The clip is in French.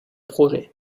projet